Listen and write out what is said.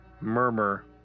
Murmur